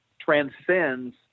transcends